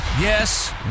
Yes